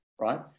right